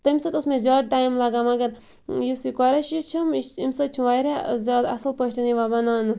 تمہِ سۭتۍ اوس مےٚ زیاد ٹایم لَگان مَگَر یُس یہِ قۄریشی چھُم یہِ چھِ امہِ سۭتۍ چھُ واریاہ زیاد اصل پٲٹھۍ یِوان وناونہٕ